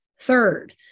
third